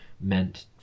meant